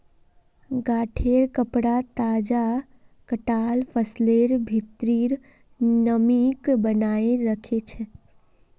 गांठेंर कपडा तजा कटाल फसलेर भित्रीर नमीक बनयें रखे छै